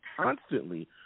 constantly